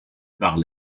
par